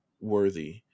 worthy